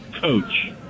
coach